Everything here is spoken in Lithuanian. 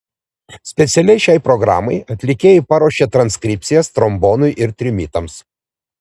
specialiai šiai programai atlikėjai paruošė transkripcijas trombonui ir trimitams